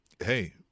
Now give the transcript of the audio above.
Hey